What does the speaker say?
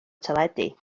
teledu